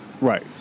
Right